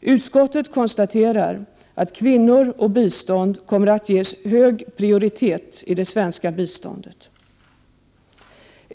Utskottet konstaterar att kvinnor och bistånd kommer att ges hög prioritet i det svenska biståndet.